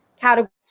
category